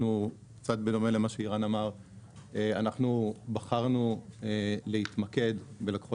קצת בדומה למה שעירן אמר אנחנו בחרנו להתמקד בלקוחות